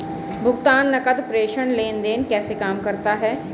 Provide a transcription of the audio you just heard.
भुगतान नकद प्रेषण लेनदेन कैसे काम करता है?